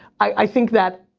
i think that,